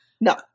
No